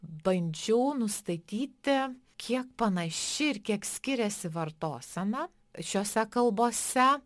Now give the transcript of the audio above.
bandžiau nustatyti kiek panaši ir kiek skiriasi vartosena šiose kalbose